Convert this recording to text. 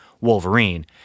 wolverine